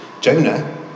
Jonah